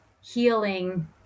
healing